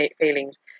feelings